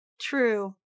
True